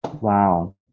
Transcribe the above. Wow